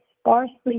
sparsely